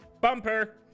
bumper